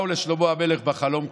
באו לשלמה המלך בחלום,